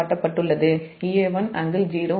56 j 0